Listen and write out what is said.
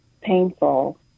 painful